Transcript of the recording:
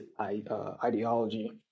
ideology